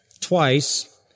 twice